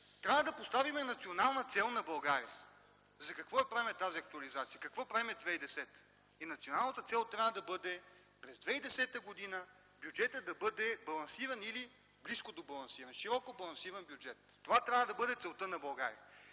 Трябва да поставим национална цел на България: за какво правим тази актуализация, какво правим през 2010 г.? Националната цел трябва да бъде през 2010 г. бюджетът да бъде балансиран или близко до балансирания, широк балансиран бюджет – това трябва да бъде целта на България.